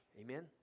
Amen